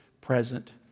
Present